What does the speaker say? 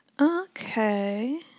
Okay